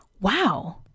Wow